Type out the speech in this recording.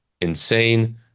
insane